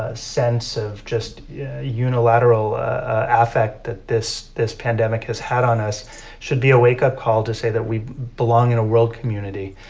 ah sense of just unilateral affect that this this pandemic has had on us should be a wake-up call to say that we belong in a world community,